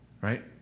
Right